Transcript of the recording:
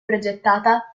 progettata